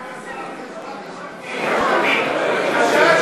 כבוד השר,